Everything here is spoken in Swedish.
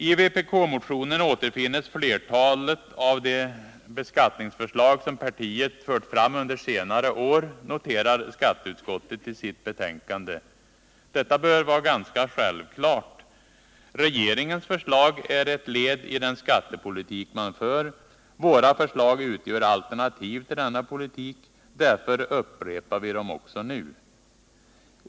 ”I vpk-motionen återfinns flertalet av de beskattningsförslag som partiet fört fram under senare år”, noterar skatteutskottet i sitt betänkande. Detta bör vara ganska självklart. Regeringens förslag är ett led i den skattepolitik man för. Våra förslag utgör alternativ till denna politik. Därför upprepar vi dem också nu.